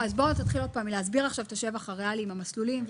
תתחיל להסביר את השבח הריאלי עם המסלולים.